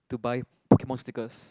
to buy Pokemon stickers